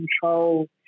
control